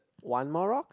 one more rock